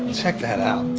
check that out,